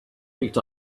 picked